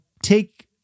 Take